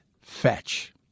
fetch